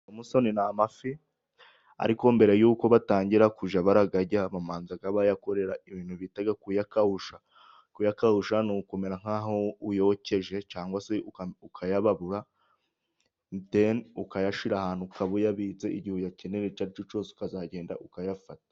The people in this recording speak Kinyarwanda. Tomusoni ni amafi ,ariko mbere yuko batangira kujya bararya ,babanza bayakorera ibintu bita kuyakawusha, kuyakawusha ni ukumera nk'aho uyokeje ,cyangwa se ukayababura ,deni ukayashyira ahantu ukaba uyabitse, igihe uyakeneye icyo ari cyo cyose, ukazagenda ukayafata.